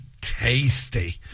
tasty